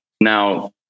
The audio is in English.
Now